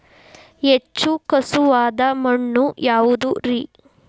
ಹೆಚ್ಚು ಖಸುವಾದ ಮಣ್ಣು ಯಾವುದು ರಿ?